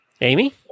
Amy